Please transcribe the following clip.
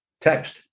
text